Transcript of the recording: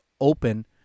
open